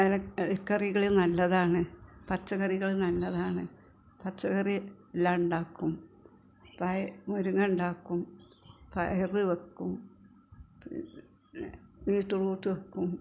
ഇല ഇലക്കറികള് നല്ലതാണ് പച്ചക്കറികൾ നല്ലതാണ് പച്ചക്കറി എല്ലാം ഉണ്ടാക്കും പയ മുരിങ്ങ ഉണ്ടാക്കും പയറ് വെക്കും